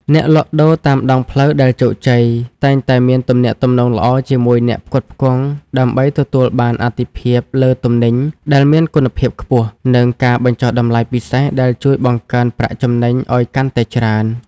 អ្នកលក់ដូរតាមដងផ្លូវដែលជោគជ័យ តែងតែមានទំនាក់ទំនងល្អជាមួយអ្នកផ្គត់ផ្គង់ដើម្បីទទួលបានអាទិភាពលើទំនិញដែលមានគុណភាពខ្ពស់ និងការបញ្ចុះតម្លៃពិសេសដែលជួយបង្កើនប្រាក់ចំណេញឱ្យកាន់តែច្រើន។